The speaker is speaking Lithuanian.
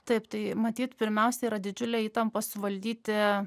taip tai matyt pirmiausia yra didžiulė įtampa suvaldyti